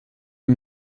ihm